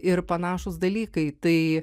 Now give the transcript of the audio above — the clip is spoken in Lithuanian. ir panašūs dalykai tai